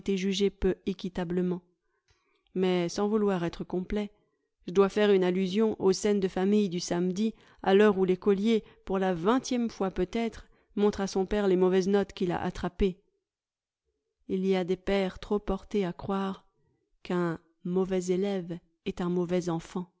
jugés peu équitablement mais sans vouloir être complet je dois faire une allusion aux scènes de famille du samedi à l'heure où l'écolier pour la vingtième fois peut-être montre à son père les mauvaises notes qu'il a attrapées il y a des pères trop portés à croire qu'un a mauvais élève est un mauvais enfant